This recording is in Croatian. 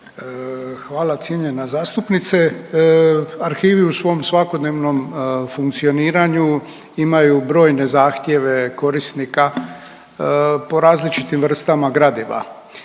Hvala cijenjena zastupnica. Arhivi u svom svakodnevnom funkcioniraju imaju brojne zahtjeve korisnika po različitim vrstama gradiva.